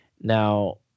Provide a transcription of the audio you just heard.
Now